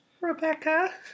Rebecca